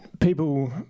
people